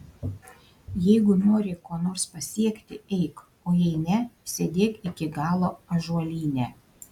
jeigu nori ko nors pasiekti eik o jei ne sėdėk iki galo ąžuolyne